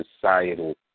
societal